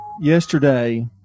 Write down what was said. yesterday